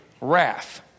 wrath